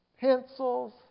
pencils